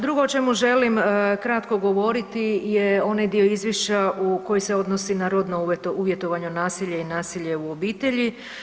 Drugo o čemu želim kratko govoriti je onaj dio izvješća u koji se odnosi na rodno uvjetovano nasilje i nasilje u obitelji.